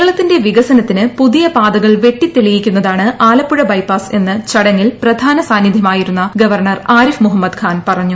കേരളത്തിന്റെ വികസനത്തിന് പുതിയ പാതകൾ വെട്ടി തെളിയിക്കുന്നതാണ് ആലപ്പുഴ ബൈപ്പാസ് എന്ന് ചടങ്ങിൽ പ്രധാന സാന്നിധൃമായിരുന്ന ഗവർണർ ആരിഫ് മുഹമ്മദ് ഖാൻ പറഞ്ഞു